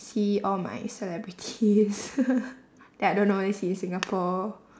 see all my celebrities that I don't always see in singapore